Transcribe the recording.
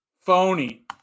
Phony